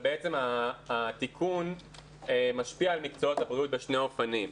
אבל בעצם התיקון משפיע על מקצעות הבריאות בשני אופנים.